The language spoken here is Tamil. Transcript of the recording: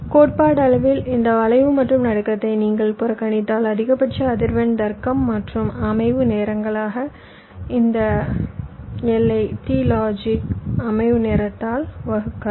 கோட்பாட்டளவில் இந்த வளைவு மற்றும் நடுக்கத்தை நீங்கள் புறக்கணித்தால் அதிகபட்ச அதிர்வெண் தர்க்கம் மற்றும் அமைவு நேரங்களாக இந்த 1 ஐ t லாஜிக் அமைவு நேரத்தால் வகுக்கலாம்